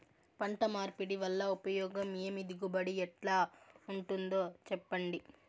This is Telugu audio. పంట మార్పిడి వల్ల ఉపయోగం ఏమి దిగుబడి ఎట్లా ఉంటుందో చెప్పండి?